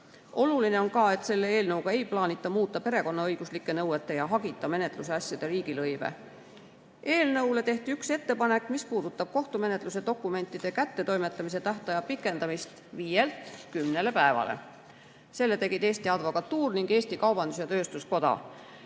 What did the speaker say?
Oluline on ka see, et selle eelnõuga ei plaanita muuta perekonnaõiguslike nõuete ja hagita menetluse asjade riigilõive. Eelnõu kohta tehti üks ettepanek, mis puudutab kohtumenetluse dokumentide kättetoimetamise tähtaja pikendamist viielt kümnele päevale. Selle tegid Eesti Advokatuur ning Eesti Kaubandus-Tööstuskoda.